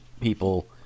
people